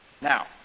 Now